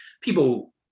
people